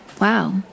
Wow